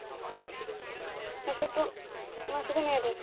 হ্যাঁ শুধু মানে শুধু মেয়েদের